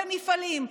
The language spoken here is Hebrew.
במפעלים,